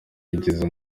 yigiza